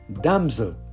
Damsel